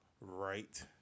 right